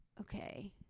okay